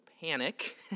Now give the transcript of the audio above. panic